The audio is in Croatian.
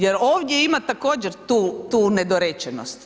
Jer ovdje ima također tu nedorečenosti.